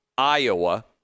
Iowa